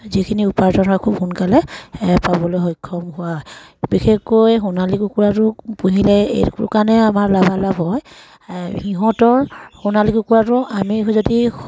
যিখিনি উপাৰ্জন হয় খুব সোনকালে পাবলৈ সক্ষম হোৱা হয় বিশেষকৈ সোণালী কুকুৰাটো পুহিলে এইটো কাৰণে আমাৰ লাভালাভ হয় সিহঁতৰ সোণালী কুকুৰাটো আমি যদি